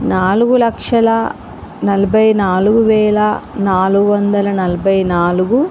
నాలుగు లక్షల నలభై నాలుగు వేల నాలుగు వందల నలభై నాలుగు